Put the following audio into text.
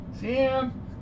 Sam